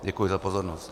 Děkuji za pozornost.